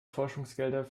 forschungsgelder